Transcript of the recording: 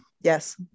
Yes